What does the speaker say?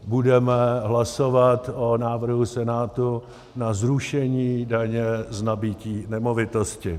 Budeme hlasovat o návrhu Senátu na zrušení daně z nabytí nemovitostí.